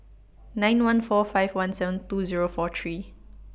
nine one four five one seven two Zero four three